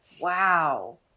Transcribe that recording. Wow